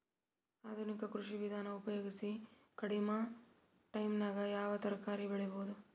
ಆಧುನಿಕ ಕೃಷಿ ವಿಧಾನ ಉಪಯೋಗಿಸಿ ಕಡಿಮ ಟೈಮನಾಗ ಯಾವ ತರಕಾರಿ ಬೆಳಿಬಹುದು?